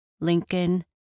Lincoln